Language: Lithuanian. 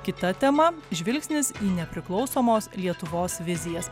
kita tema žvilgsnis į nepriklausomos lietuvos vizijas